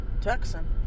Texan